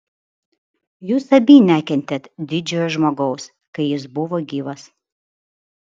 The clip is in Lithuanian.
jūs abi nekentėt didžiojo žmogaus kai jis buvo gyvas